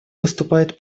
выступает